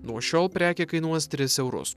nuo šiol prekė kainuos tris eurus